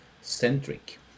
centric